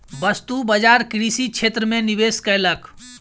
वस्तु बजार कृषि क्षेत्र में निवेश कयलक